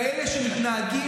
כאלה שמתנהגים